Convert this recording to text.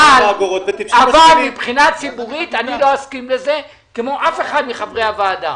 אבל מבחינה ציבורית אני לא אסכים כמו אף אחד מחברי הוועדה.